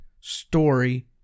story